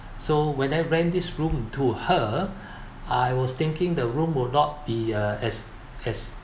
so when I rent this room to her I was thinking the room will not be uh as as